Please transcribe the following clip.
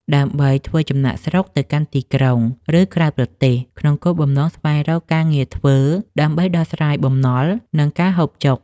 ដើម្បីធ្វើចំណាកស្រុកទៅកាន់ទីក្រុង ឬក្រៅប្រទេសក្នុងបំណងស្វែងរកការងារធ្វើដើម្បីដោះស្រាយបំណុល និងការហូបចុក។